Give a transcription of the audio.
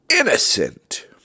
innocent